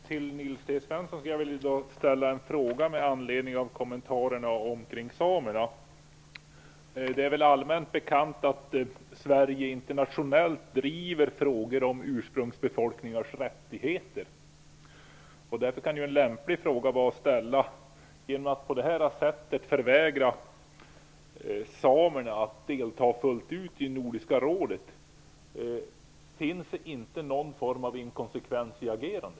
Herr talman! Jag vill ställa en fråga till Nils T Det är väl allmänt bekant att Sverige internationellt driver frågor om ursprungsbefolkningars rättigheter. Därför kan en lämplig fråga att ställa vara denna: Finns det inte någon form av inkonsekvens i agerandet att på detta sätt förvägra samerna att delta fullt ut i Nordiska rådet?